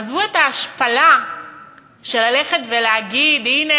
עזבו את ההשפלה של ללכת ולהגיד "הנה,